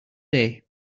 day